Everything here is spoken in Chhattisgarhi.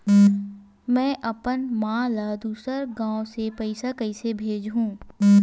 में अपन मा ला दुसर गांव से पईसा कइसे भेजहु?